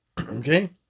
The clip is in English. Okay